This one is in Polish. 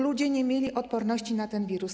Ludzie nie mieli odporności na ten wirus.